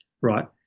right